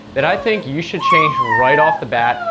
that i think you should change right off the bat,